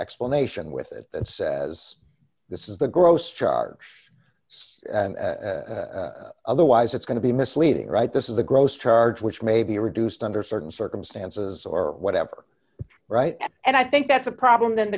explanation with it and says this is the gross charge otherwise it's going to be misleading right this is a gross charge which may be reduced under certain circumstances or whatever right and i think that's a problem th